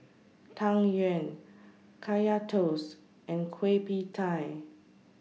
Tang Yuen Kaya Toast and Kueh PIE Tie